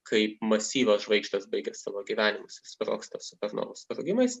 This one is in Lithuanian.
kai masyvios žvaigždės baigia savo gyvenimus sprogsta supernovos sprogimais